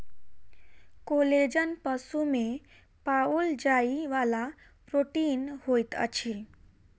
collagen पशु में पाओल जाइ वाला प्रोटीन होइत अछि